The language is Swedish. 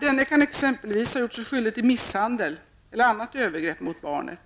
Denne kan exempelvis ha gjort sig skyldig till misshandel eller annat övergrepp mot barnet.